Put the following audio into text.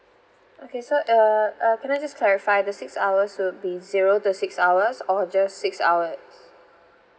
okay so err uh can I just clarify the six hours will be zero two six hours or just six hour